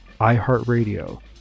iHeartRadio